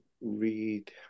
read